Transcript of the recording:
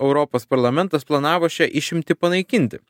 europos parlamentas planavo šią išimtį panaikinti